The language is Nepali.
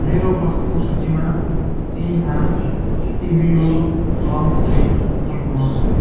मेरो वस्तु सूचीमा तिनथान इभियो लङ ट्रे थप्नुहोस्